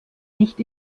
nicht